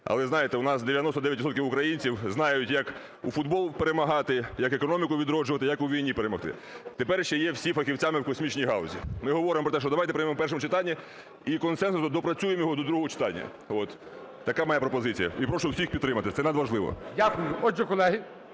але, знаєте, у нас 99 відсотків українців знають, як у футбол перемагати, як економіку відроджувати, як у війні перемогти. Тепер ще є всі фахівцями в космічній галузі. Ми говоримо про те, що давайте приймемо в першому читанні і консенсусно доопрацюємо його до другого читання. От така моя пропозиція. І прошу всіх підтримати. Це надважливо. ГОЛОВУЮЧИЙ. Дякую. Отже, колеги,